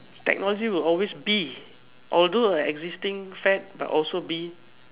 technology will always be although a existing fad but also be